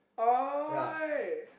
!oi!